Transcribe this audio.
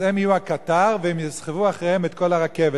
אז הם יהיו הקטר והם יסחבו אחריהם את כל הרכבת.